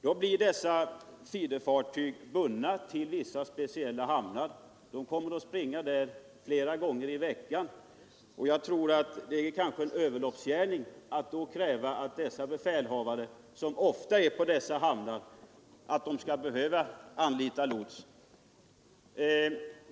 Feederfartygen blir bundna till speciella hamnar. De kommer att gå samma rutter flera gånger i veckan, och jag tycker att det vore en överloppsgärning att då kräva att befälhavarna obligatoriskt skall anlita lots.